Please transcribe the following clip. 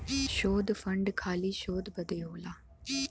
शोध फंड खाली शोध बदे होला